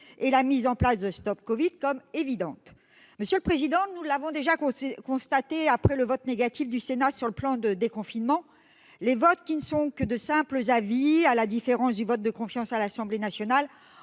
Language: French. et la mise en place de StopCovid comme évidente. Monsieur le président, nous l'avons déjà constaté après le vote négatif du Sénat sur le plan de déconfinement, les votes qui ne sont que de simples avis, à la différence du vote de confiance à l'Assemblée nationale,